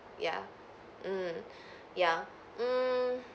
ya mm ya mm